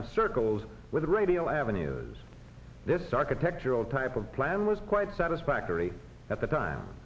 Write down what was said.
of circles with radio avenues this architectural type of plan was quite satisfactory at the time